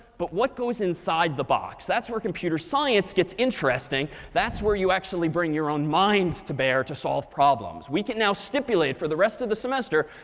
but what goes inside the box? that's where computer science gets interesting. that's where you actually bring your own minds to bear to solve problems. we can now stipulate, for the rest of the semester,